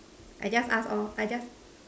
I just ask or I just